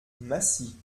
massy